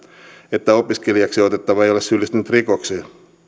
että opiskelijaksi otettava ei ole syyllistynyt rikoksiin